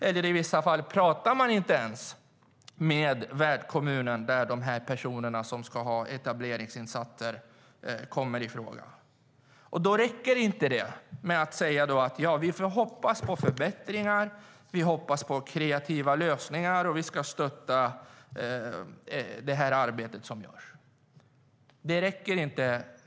I vissa fall pratar man inte ens med värdkommunen där de personer som ska ha etableringsinsatser finns. Det räcker inte att säga att man hoppas på förbättringar och kreativa lösningar och att man ska stötta arbetet.